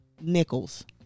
nickels